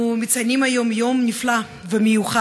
אנחנו מציינים היום יום נפלא ומיוחד,